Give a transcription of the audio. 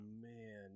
man